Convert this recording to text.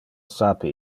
sape